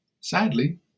sadly